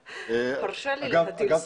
תרשה לי להטיל ספק.